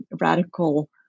radical